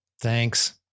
thanks